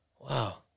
Wow